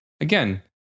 again